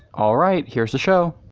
all right. here's the show